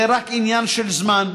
זה רק עניין של זמן,